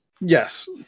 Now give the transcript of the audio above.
Yes